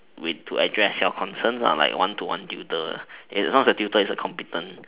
with to address your concerns like one to one tutor as long as your tutor is competent